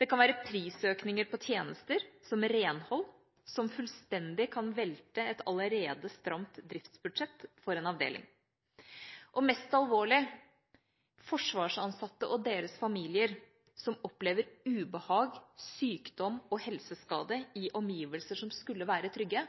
Det kan være prisøkninger på tjenester som renhold som fullstendig kan velte et allerede stramt driftsbudsjett for en avdeling. Mest alvorlig er det når forsvarsansatte og deres familier opplever ubehag, sykdom og helseskade i omgivelser som skulle være trygge: